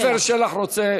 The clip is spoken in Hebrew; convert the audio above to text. עפר שלח רוצה